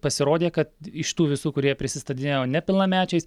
pasirodė kad iš tų visų kurie prisistatinėjo nepilnamečiais